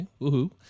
woohoo